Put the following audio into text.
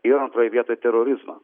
ir antroj vietoj terorizmą